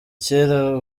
cyera